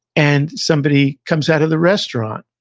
and somebody comes out of the restaurant,